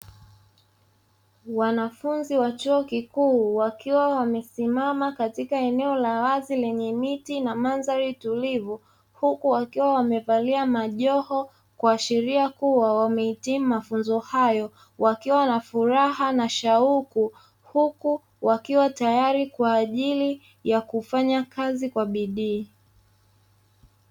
Wanafunzi wa Chuo Kikuu wakiwa wamesimama katika eneo la wazi lenye miti na mandhari tulivu, huku wakiwa wamevaa majoho kuashiria kuwa wamehitimu mafunzo hayo, wakiwa na furaha na shauku, huku wakiwa tayari kwa ajili ya kufanya kazi kwa bidii.